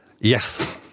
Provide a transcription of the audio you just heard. Yes